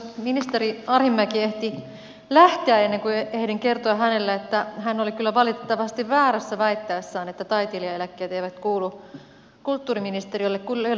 ministeri arhinmäki ehti lähteä ennen kuin ehdin kertoa hänelle että hän oli kyllä valitettavasti väärässä väittäessään että taiteilijaeläkkeet eivät kuulu kulttuuriministeriölle